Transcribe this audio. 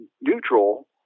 neutral